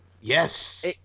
Yes